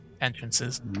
entrances